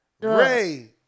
Ray